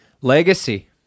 legacy